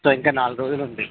so ఇంకా నాలుగు రోజులు ఉంది